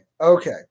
okay